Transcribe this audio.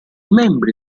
membri